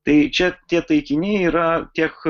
tai čia tie taikiniai yra tiek